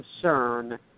concern